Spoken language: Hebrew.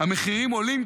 המחירים עולים,